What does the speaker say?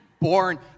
born